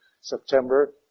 September